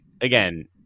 again